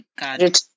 God